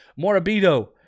Morabito